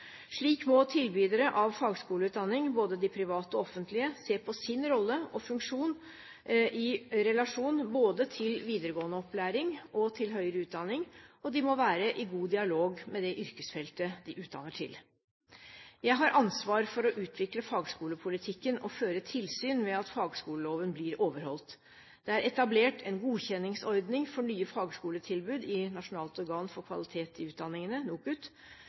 Slik må tilbydere av fagskoleutdanning – både de private og offentlige – se på sin rolle og funksjon i relasjon til både videregående opplæring og høyere utdanning, og de må være i god dialog med det yrkesfeltet de utdanner til. Jeg har ansvar for å utvikle fagskolepolitikken og føre tilsyn med at fagskoleloven blir overholdt. Det er etablert en godkjenningsordning for nye fagskoletilbud i Nasjonalt organ for kvalitet i utdanningen, NOKUT.